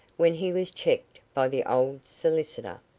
when he was checked by the old solicitor.